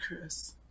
Chris